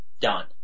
Done